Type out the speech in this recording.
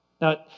Now